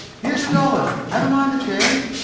here's a dollar. never mind the change.